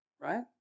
Right